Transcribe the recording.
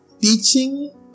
Teaching